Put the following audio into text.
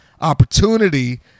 opportunity